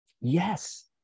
Yes